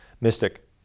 mystic